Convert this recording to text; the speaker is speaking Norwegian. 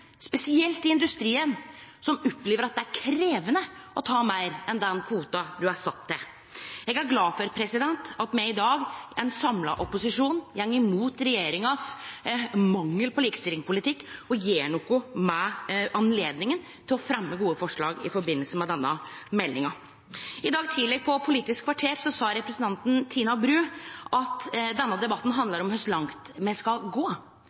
spesielt i industrien, som opplever at det er krevjande å ta ut meir enn den kvota ein er blitt gjeven. Eg er glad for at me, ein samla opposisjon, i dag går mot regjeringas mangel på likestillingspolitikk og gjer noko med anledninga til å fremje gode forslag i samband med denne meldinga. I dag tidleg på Politisk kvarter sa representanten Tina Bru at denne debatten handlar om kor langt me skal gå.